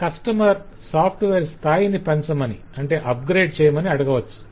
customer software స్థాయిని పెంచమని upgrade upgrade అడగవచ్చు